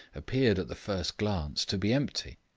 appeared, at the first glance, to be empty.